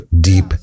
deep